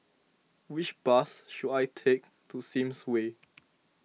which bus should I take to Sims Way